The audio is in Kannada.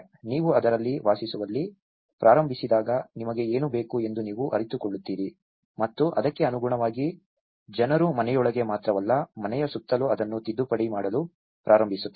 ನೀವು ಅದರಲ್ಲಿ ವಾಸಿಸಲು ಪ್ರಾರಂಭಿಸಿದಾಗ ನಿಮಗೆ ಏನು ಬೇಕು ಎಂದು ನೀವು ಅರಿತುಕೊಳ್ಳುತ್ತೀರಿ ಮತ್ತು ಅದಕ್ಕೆ ಅನುಗುಣವಾಗಿ ಜನರು ಮನೆಯೊಳಗೆ ಮಾತ್ರವಲ್ಲ ಮನೆಯ ಸುತ್ತಲೂ ಅದನ್ನು ತಿದ್ದುಪಡಿ ಮಾಡಲು ಪ್ರಾರಂಭಿಸುತ್ತಾರೆ